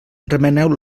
remeneu